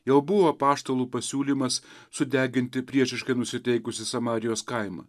jau buvo apaštalų pasiūlymas sudeginti priešiškai nusiteikusį samarijos kaimą